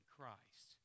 Christ